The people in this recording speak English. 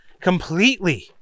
completely